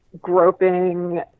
Groping